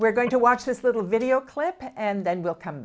were going to watch this little video clip and then we'll come